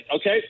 okay